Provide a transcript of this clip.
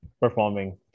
Performing